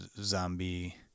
zombie